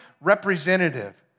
representative